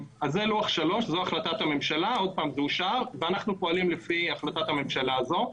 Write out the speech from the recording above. אנחנו פועלים לפי החלטת ממשלה זו,